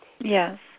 Yes